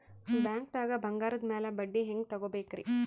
ಬ್ಯಾಂಕ್ದಾಗ ಬಂಗಾರದ್ ಮ್ಯಾಲ್ ಬಡ್ಡಿ ಹೆಂಗ್ ತಗೋಬೇಕ್ರಿ?